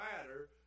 matter